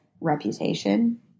Reputation